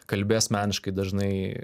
kalbi asmeniškai dažnai